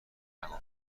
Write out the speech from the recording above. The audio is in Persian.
نگفتم